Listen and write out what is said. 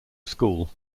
school